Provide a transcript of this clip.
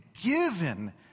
given